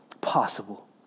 possible